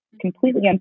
completely